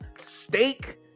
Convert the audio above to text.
steak